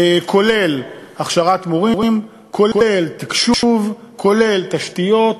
כולל הכשרת מורים, תקשוב, תשתיות,